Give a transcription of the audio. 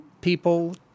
people